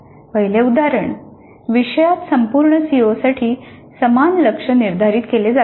पहिले उदाहरणः विषयात संपूर्ण सीओसाठी समान लक्ष्य निर्धारित केले जाते